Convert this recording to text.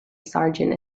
sergeant